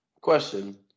Question